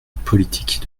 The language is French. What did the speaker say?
politique